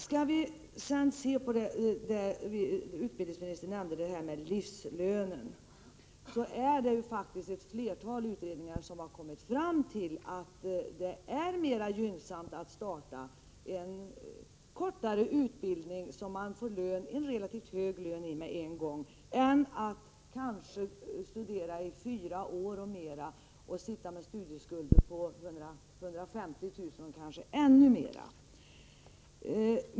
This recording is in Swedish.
Skall vi sedan se på det som utbildningsministern nämnde, nämligen den s.k. livslönen, vill jag nämna att ett flertal utredningar faktiskt har kommit fram till att det är mer gynnsamt att starta en kortare utbildning som ger relativt hög lön från början än att studera kanske i fyra år eller mer och sedan sitta med studieskulder på 150 000 kr. eller ännu mer.